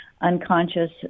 unconscious